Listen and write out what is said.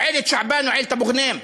עאילאת שעבאן ועאילאת אבו גנאים,